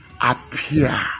appear